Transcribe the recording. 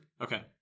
Okay